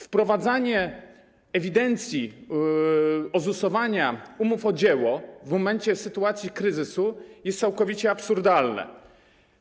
Wprowadzanie ewidencji, ozusowania umów o dzieło w momencie i w sytuacji kryzysu jest całkowicie absurdalne.